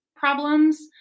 problems